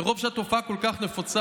מרוב שהתופעה כל כך נפוצה,